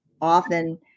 often